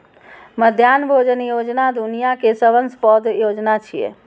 मध्याह्न भोजन योजना दुनिया के सबसं पैघ योजना छियै